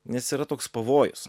nes yra toks pavojus